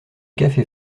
café